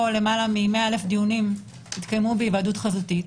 למעלה מ-100,000 דיונים התקיימו בהיוועדות חזותית.